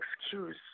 excuse